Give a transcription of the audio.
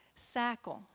sackle